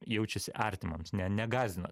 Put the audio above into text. jaučiasi artimas ne negąsdina